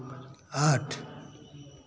आठ